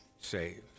saved